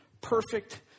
perfect